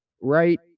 right